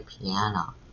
piano